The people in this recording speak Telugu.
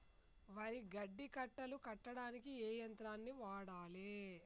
వరి గడ్డి కట్టలు కట్టడానికి ఏ యంత్రాన్ని వాడాలే?